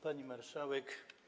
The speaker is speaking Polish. Pani Marszałek!